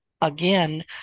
again